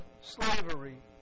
slavery